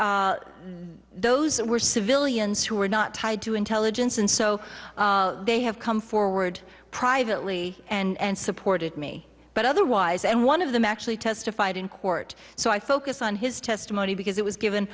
and those were civilians who were not tied to intelligence and so they have come forward privately and supported me but otherwise and one of them actually testified in court so i focus on his testimony because it was given